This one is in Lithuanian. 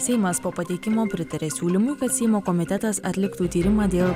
seimas po pateikimo pritarė siūlymui kad seimo komitetas atliktų tyrimą dėl